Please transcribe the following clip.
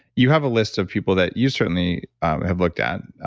you have a list of people that you certainly have looked at.